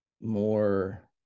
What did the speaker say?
more